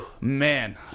man